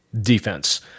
defense